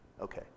Okay